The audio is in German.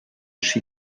ski